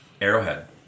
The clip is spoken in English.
Arrowhead